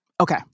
Okay